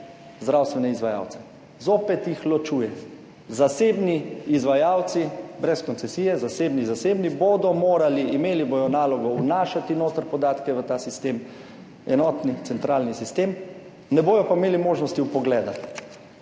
zdravstvene izvajalce, zopet jih ločuje, zasebni izvajalci brez koncesije, zasebni, zasebni bodo morali, imeli bodo nalogo vnašati noter podatke v ta sistem, enotni centralni sistem, ne bodo pa imeli možnosti vpogleda.